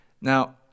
Now